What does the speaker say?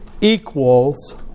equals